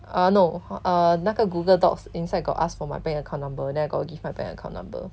err no err 那个 google docs inside got ask for my bank account number then I got to give my bank account number